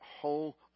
whole